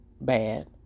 bad